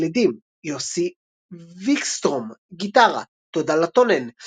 וקלידים יוסי ויקסטרום – גיטרה טודה לטונן –